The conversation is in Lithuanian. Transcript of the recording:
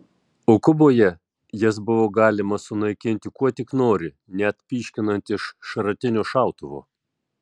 o kuboje jas buvo galima sunaikinti kuo tik nori net pyškinant iš šratinio šautuvo